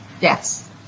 Yes